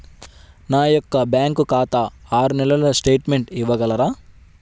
నా యొక్క బ్యాంకు ఖాతా ఆరు నెలల స్టేట్మెంట్ ఇవ్వగలరా?